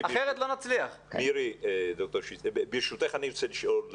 אני רוצה לשאול שאלה.